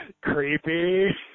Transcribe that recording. Creepy